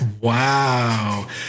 Wow